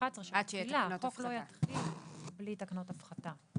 עד שיהיו תקנות הפחתה.